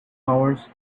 hours